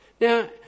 Now